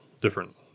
different